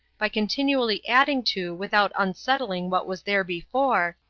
by continually adding to without unsettling what was there before,